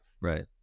Right